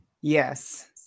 yes